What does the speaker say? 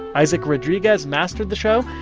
isaac rodriguez mastered the show.